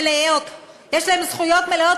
יש להם זכויות מלאות.